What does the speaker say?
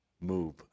move